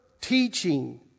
teaching